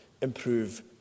improve